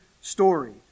story